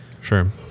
Sure